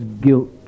guilt